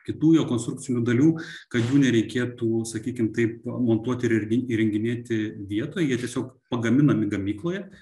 kitų jo konstrukcinių dalių kad jų nereikėtų sakykim taip montuoti ir į įrenginėti vietoj jie tiesiog pagaminami gamykloje